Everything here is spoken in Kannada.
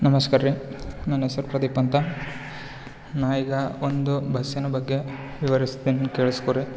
ನಮಸ್ಕಾರ ರೀ ನನ್ನ ಹೆಸ್ರು ಪ್ರದೀಪ್ ಅಂತ ನಾ ಈಗ ಒಂದು ಬಸ್ಸಿನ ಬಗ್ಗೆ ವಿವರಿಸ್ತೀನ್ ಕೇಳಿಸ್ಕೋ ರೀ